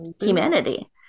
humanity